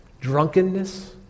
drunkenness